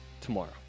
tomorrow